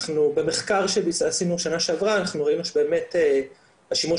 במחקר שעשינו בשנה שעברה אנחנו ראינו שבאמת השימוש